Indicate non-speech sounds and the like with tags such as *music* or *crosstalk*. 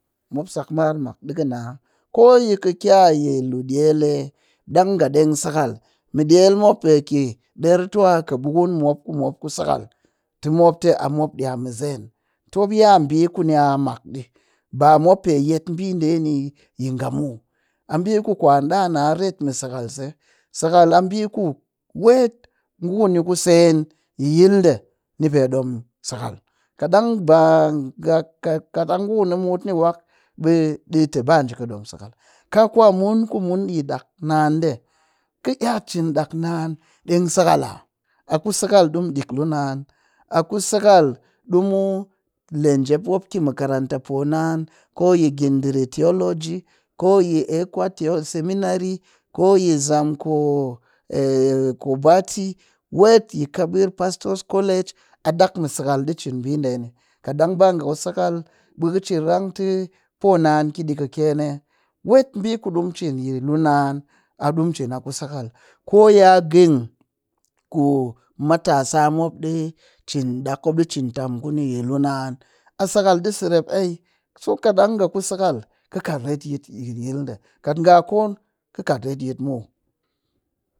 Mop sak mar mak ɗikɨ na ko yi kɨ ki a lu dyel'ee ɗang nga ɗeng sakal mɨ dyel mop pe ki ɗer tu a ɓukun mop ku mop kusakal tɨ mop tɨ a mop ɗi'a mɨ zeen tɨ mop ya ɓii ku ni a mak ɗii ba mop pe yet ɓii ɗe niyi nga muw. A ɓii ku kwan ɗa na ret mɨ sakal se. Sakal a ɓii ku wet ngu ni ku seen yi yl ɗe nipe ɗom sakal katɗang ba ka kat a ngu ni mut ni wak ɓe ɗi tɨ ba nji kɨ ɗom sakal. Kaa kwamun ku munyi ɗaknaan ɗe kɨ iya cin ɗaknaan ɗeng sakal'ah a ku sakal ɗi mu ɗikklu naan aku sakal ɗimu le njep mop ki makaranta poonaan ko yi gindiri theology ko yi ecwa theo seminary ko yi zamko, *hesitation* kobati wet yi kabwir a ɗak mɨ sakal ɗi cin ɓi ɗe ni, kaɗang ba nga ku sakal ɓe kɨ cinran tɨ poonaan ki ɗikɨ kyen'ee. Wet ɓii ku ɗimu cin yi lunaan ɓe ɗi mu cin a ku sakal, koya nging ku matasa mop ɗi cin ɗak mop ɗi cin tam kuni yi lunaan a sakal ɗi serep'ee so kat ɗang nga ku sakal kɨ kat retyit yi yil ɗe kat nga koon kɨ kat retyit muw.